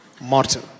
mortal